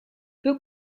peu